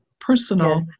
personal